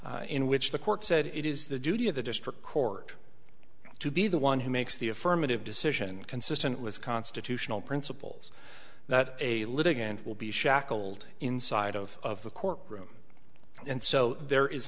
case in which the court said it is the duty of the district court to be the one who makes the affirmative decision consistent with constitutional principles that a litigant will be shackled inside of the courtroom and so there is